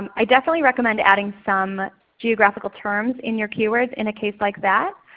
i definitely recommend adding some geographical terms in your keywords in a case like that.